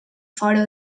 fora